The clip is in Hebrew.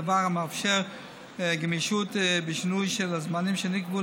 דבר המאפשר גמישות בשינוי של הזמנים שנקבעו